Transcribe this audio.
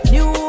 New